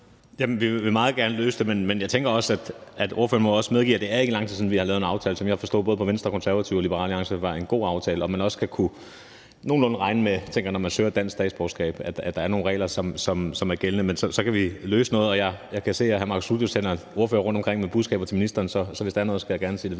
Vi vil meget gerne løse det, men jeg tænker også, at ordføreren må medgive, at det ikke er ret lang tid siden, vi har lavet en aftale, som jeg forstod på både Venstre, De Konservative og Liberal Alliance var en god aftale. Man skal også nogenlunde kunne regne med, når man søger dansk statsborgerskab, at der er nogle regler, som er gældende. Men vi kan godt løse noget af det, og jeg kan se, at hr. Marcus Knuth sender en ordfører rundt omkring med budskaber til ministeren, så hvis der er noget, skal jeg gerne sige det